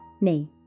Nay